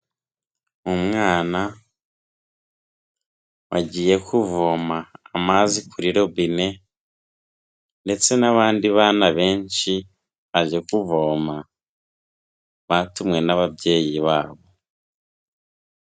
Umwana wagiye kuvoma amazi kuri robine ndetse n'abandi bana benshi baje kuvoma, batumwe n'ababyeyi babo.